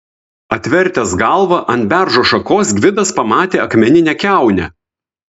atvertęs galvą ant beržo šakos gvidas pamatė akmeninę kiaunę